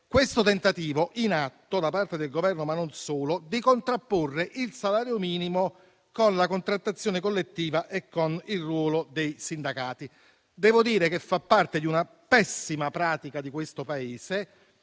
questo tentativo in atto, da parte del Governo ma non solo, di contrapporre il salario minimo alla contrattazione collettiva e al ruolo dei sindacati. Si tratta di una pessima pratica di questo Paese.